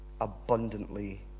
abundantly